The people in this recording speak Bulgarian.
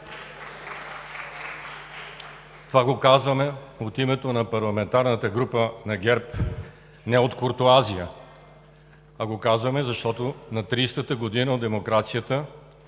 Това го казваме от името на парламентарната група на ГЕРБ, не от куртоазия. Казваме го, защото на 30-та година от демокрацията,